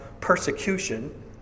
persecution